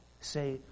say